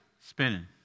spinning